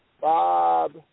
Bob